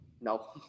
No